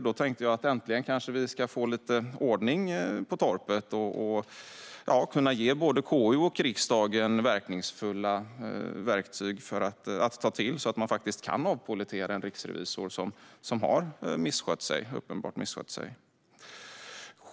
Då tänkte jag att man äntligen ska få lite ordning på torpet genom att ge både KU och riksdagen verkningsfulla åtgärder att ta till så att man kan avpollettera en riksrevisor som uppenbart har misskött sig.